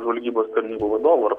žvalgybos tarnybų vadovo ar